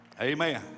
Amen